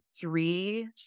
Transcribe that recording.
three